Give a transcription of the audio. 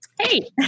Hey